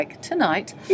tonight